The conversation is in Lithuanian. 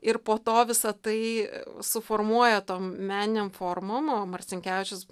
ir po to visą tai suformuoja tom meninėm formom o marcinkevičius